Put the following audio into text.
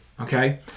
Okay